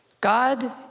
God